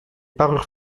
parures